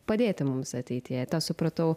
padėti mums ateityje tą supratau